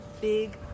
big